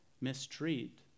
mistreat